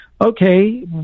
okay